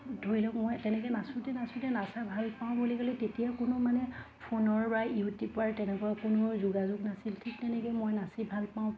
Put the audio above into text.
ধৰি লওক মই তেনেকৈ নাচোতে নাচোতে নচা ভাল পাওঁ বুলি ক'লে তেতিয়া কোনো মানে ফোনৰ বা ইউটিউবাৰ তেনেকুৱা কোনো যোগাযোগ নাছিল ঠিক তেনেকৈ মই নাচি ভাল পাওঁ